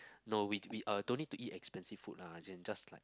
no we we uh don't need to eat expensive food lah as in just like